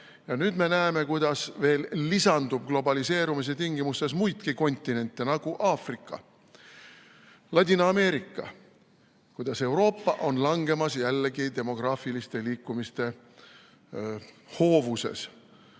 ja nüüd me näeme, kuidas veel lisandub globaliseerumise tingimustes muidki kontinente, nagu Aafrika, Ladina-Ameerika, kuidas Euroopa on langemas jällegi demograafiliste liikumiste hoovuses.